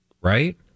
right